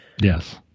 Yes